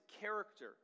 character